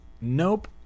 Nope